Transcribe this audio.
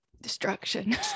destruction